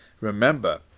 Remember